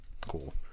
Cool